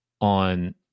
on